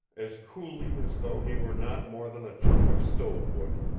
as coolly as though he were not more than a chunk of stovewood,